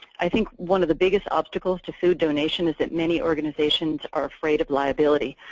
i think one of the biggest obstacles to food donation is that many organizations are afraid of liability.